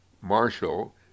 Marshall